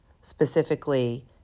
specifically